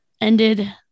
ended